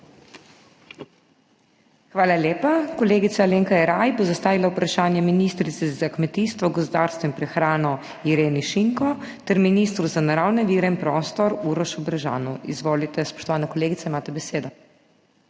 Hvala lepa. Kolegica Alenka Jeraj bo zastavila vprašanje ministrici za kmetijstvo, gozdarstvo in prehrano Ireni Šinko ter ministru za naravne vire in prostor Urošu Brežanu. Izvolite. Spoštovana kolegica, imate besedo.